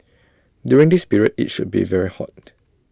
during this period IT should be very hot